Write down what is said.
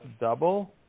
double